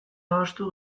adostu